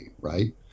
right